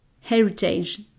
heritage